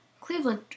cleveland